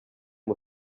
uyu